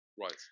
Right